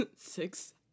six